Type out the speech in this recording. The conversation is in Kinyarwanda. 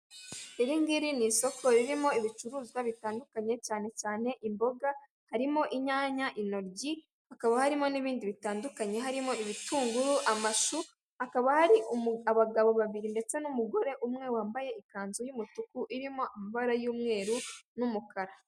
Iringiri n’ isoko ririmo ibicuruzwa bitandukanye cyane cyane imboga harimo inyanya, itoryi hakaba harimo n'ibindi bitandukanye harimo ibitunguru, amashu akaba hari abagabo babiri ndetse n'umugore umwe wambaye ikanzu y'umutuku irimo amabara y'umweru n'umukara.